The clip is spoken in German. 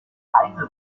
leise